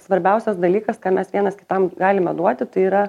svarbiausias dalykas ką mes vienas kitam galime duoti tai yra